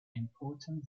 important